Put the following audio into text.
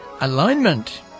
alignment